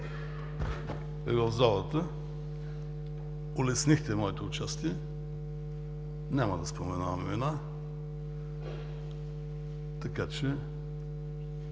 е в залата. Улеснихте моето участие. Няма да споменавам имена. Ще